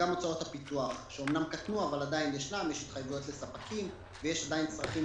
ואגרות חוב למטרות פיתוח ולצורך מימון פעילות